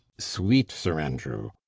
sweet sir andrew!